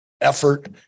effort